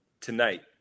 tonight